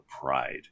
pride